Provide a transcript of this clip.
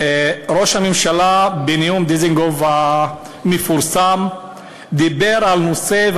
ראש הממשלה בנאום דיזנגוף המפורסם דיבר על נושא,